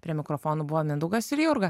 prie mikrofono buvo mindaugas ir jurga